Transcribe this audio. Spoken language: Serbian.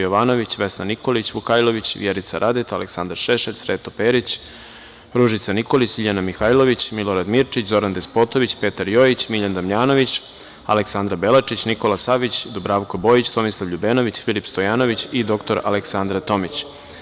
Jovanović, Vesna Nikolić Vukajlović, Vjerica Radeta, Aleksandar Šešelj, Sreto Perić, Ružica Nikolić, Ljiljana Mihajlović, Milorad Mirčić, Zoran Despotović, Petar Jojić, Miljan Damjanović, Aleksandra Belačić, Nikola Savić, Dubravko Bojić, Tomislav Ljubenović, Filip Stojanović i dr Aleksandra Tomić.